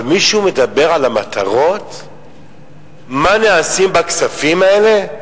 אבל מישהו מדבר על המטרות, מה נעשה בכספים האלה?